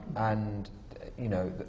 and you know,